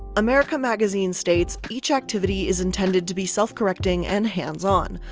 america magazine states, each activity is intended to be self-correcting and hands-on.